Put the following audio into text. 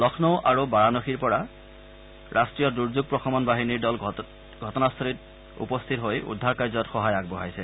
লক্ষ্ণৌ আৰু বাৰানসীৰ পৰা ৰাষ্ট্ৰীয় দুৰ্যোগ প্ৰশমন বাহিনীৰ দল দুৰ্ঘটনাস্থলীত গৈ উপস্থিত হৈ উদ্ধাৰ কাৰ্যত সহায় আগবঢ়াইছে